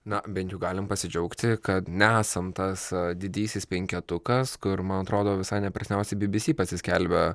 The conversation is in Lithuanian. na bent galim pasidžiaugti kad nesam tas didysis penketukas kur man atrodo visai neperseniausiai bbc pasiskelbė